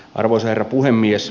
arvoisa herra puhemies